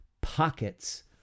pockets